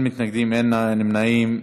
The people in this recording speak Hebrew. אין מתנגדים, אין נמנעים.